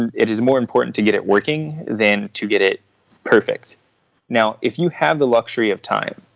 and it is more important to get it working than to get it perfect now if you have the luxury of time,